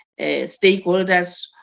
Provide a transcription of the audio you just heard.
stakeholders